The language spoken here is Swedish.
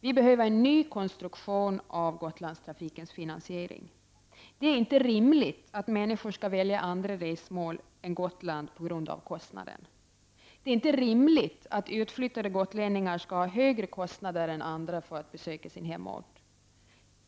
Vi behöver en ny konstruktion av Gotlandstrafikens finansiering. Det är inte rimligt att människor skall välja andra resmål än Gotland på grund av kostnaden. Det är inte rimligt att utflyttade gotlänningar skall ha högre kostnader än andra för att besöka sin hemort.